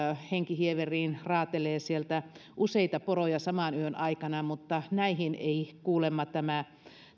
henkihieveriin raatelee sieltä useita poroja saman yön aikana mutta näihin ei kuulemma tämä